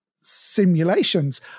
simulations